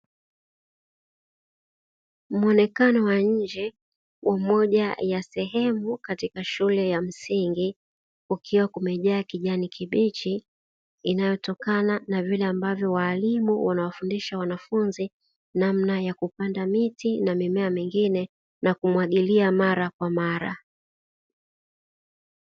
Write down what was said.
Muonekano wa nje wa moja ya sehemu katika shule ya msingi, kukiwa kumejaa kijani kibichi inayotokana na vile ambavyo waalimu wanawafundisha wanafunzi, namna ya kupanda miti na mimea mingine na kumwagilia mara kwa mara.